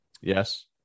Yes